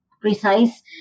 precise